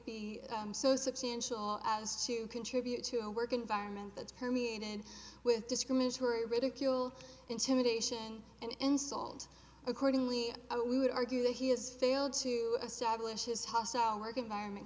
be so substantial as to contribute to a work environment that's permeated with discriminatory ridicule intimidation and insult accordingly we would argue that he has failed to establish his hostile work environment